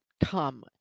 come